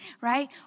Right